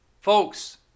Folks